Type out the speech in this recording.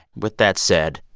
with that said,